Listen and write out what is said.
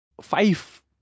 five